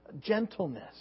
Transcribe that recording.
Gentleness